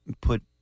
put